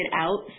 out